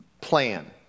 plan